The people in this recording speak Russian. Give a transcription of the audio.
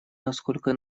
насколько